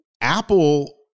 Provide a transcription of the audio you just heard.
Apple